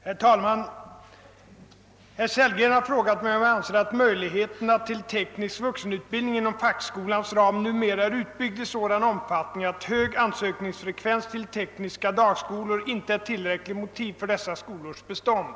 Herr talman! Herr Sellgren har frågat mig om jag anser att möjligheterna till teknisk vuxenutbildning inom fackskolans ram numera är utbyggd i sådan omfattning att hög ansökningsfrekvens till tekniska dagskolor inte är tillräckligt motiv för dessa skolors bestånd.